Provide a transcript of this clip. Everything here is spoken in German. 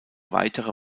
weitere